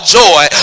joy